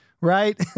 right